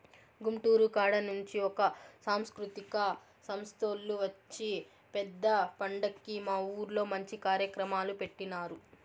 గుంటూరు కాడ నుంచి ఒక సాంస్కృతిక సంస్తోల్లు వచ్చి పెద్ద పండక్కి మా ఊర్లో మంచి కార్యక్రమాలు పెట్టినారు